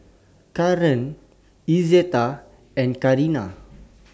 Karren Izetta and Carina